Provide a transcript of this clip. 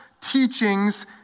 teachings